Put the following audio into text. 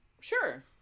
Sure